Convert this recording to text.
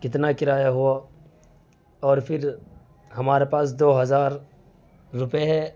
کتنا کرایہ ہوا اور پھر ہمارے پاس دو ہزار روپئے ہے